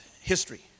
history